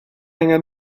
angen